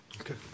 Okay